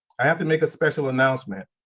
i have to make a special announcement.